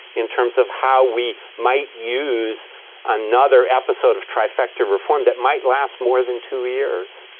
in terms of how we might use another episode of trifecta reform that might last more than two years.